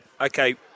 okay